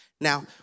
Now